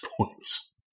points